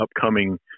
upcoming